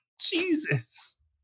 Jesus